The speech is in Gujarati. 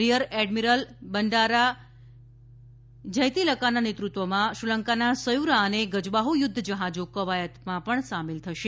રિયર એડમિરલ બન્ડારા જયતિલકાના નેતૃત્વમાં શ્રીલંકાના સયુરા અને ગજબાહુ યુદ્ધ જહાજો કવાયત પણ સામેલ થશે